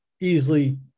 Easily